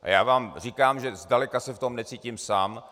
A já vám říkám, že zdaleka se v tom necítím sám.